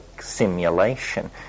simulation